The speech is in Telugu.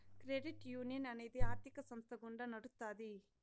క్రెడిట్ యునియన్ అనేది ఆర్థిక సంస్థ గుండా నడుత్తాది